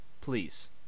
Please